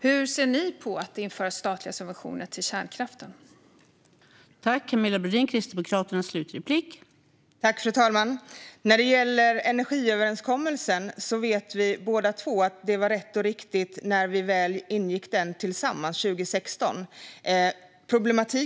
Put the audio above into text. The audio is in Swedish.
Hur ser ni på att införa statliga subventioner till kärnkraften, Camilla Brodin?